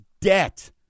debt